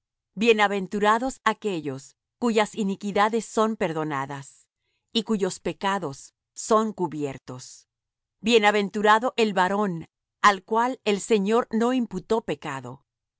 bienaventurados aquellos cuyas iniquidades son perdonadas y cuyos pecados son cubiertos bienaventurado el varón al cual el señor no imputó pecado